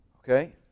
Okay